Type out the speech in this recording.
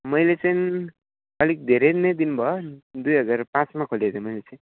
मैले चाहिँ अलिक धेरै नै दिन भयो दुई हजार पाँचमा खोलेको थिएँ मैले चाहिँ